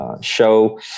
show